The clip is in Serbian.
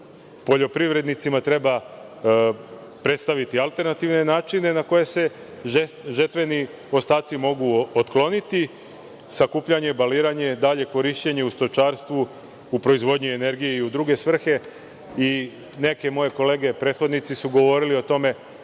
Poljoprivrednicima treba predstaviti alternativne načine na koje se žetveni ostaci mogu otkloniti, sakupljanje, baliranje, dalje korišćenje u stočarstvu, u proizvodnji energije i u druge svrhe. Neke moje kolege prethodnici su govorili o tome